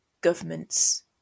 government's